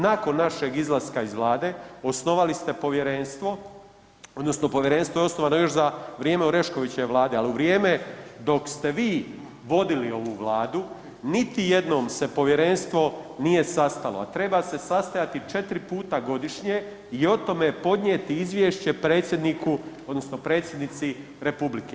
Nakon našeg izlaska iz Vlade, osnovali ste povjerenstvo, odnosno povjerenstvo je osnovano još za vrijeme Oreškovićeve Vlade, ali u vrijeme dok ste vi vodili ovu Vladu niti jednom se povjerenstvo nije sastalo, a treba se sastajati 4 puta godišnje i o tome podnijeti izvješće predsjedniku odnosno predsjednici republike.